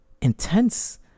intense